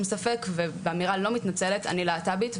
ספק ובאמירה לא מתנצלת - אני להט"בית,